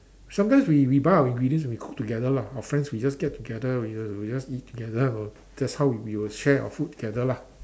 sometimes we we buy our ingredients and we cook together lah our friends we just get together we just we just eat together that's how we we will share our food together lah